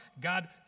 God